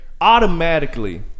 automatically